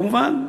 כמובן,